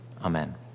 Amen